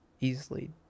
easily